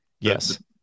Yes